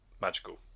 magical